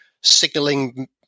signaling